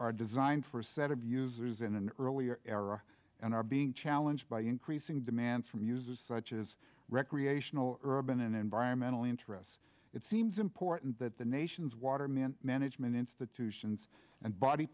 are designed for a set of users in an earlier era and are being challenged by increasing demand from users such as recreational urban and environmental interests it seems important that the nation's water man management institutions and body